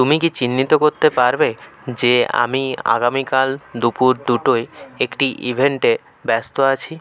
তুমি কি চিহ্নিত করতে পারবে যে আমি আগামীকাল দুপুর দুটোয় একটি ইভেন্টে ব্যস্ত আছি